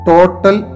Total